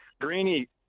Greeny